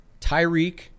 Tyreek